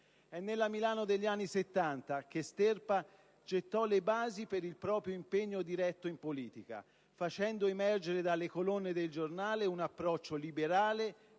È nella Milano degli anni '70 che Sterpa gettò le basi per il proprio impegno diretto in politica, facendo emergere dalle colonne de «il Giornale» un approccio liberale